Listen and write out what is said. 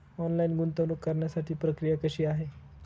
Online गुंतवणूक करण्यासाठी प्रक्रिया कशी आहे?